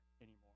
anymore